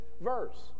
verse